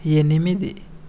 ఎనిమిది